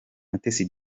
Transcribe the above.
mutesi